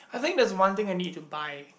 I think that is one thing I need to buy